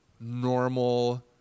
normal